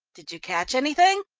did you catch anything?